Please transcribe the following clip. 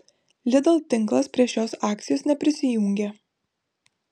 lidl tinklas prie šios akcijos neprisijungė